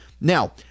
Now